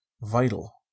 vital